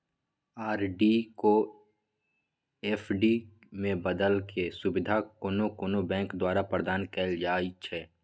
RD को FD में बदलेके सुविधा कोनो कोनो बैंके द्वारा प्रदान कएल जाइ छइ